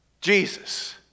Jesus